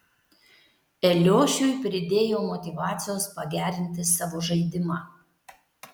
eliošiui pridėjo motyvacijos pagerinti savo žaidimą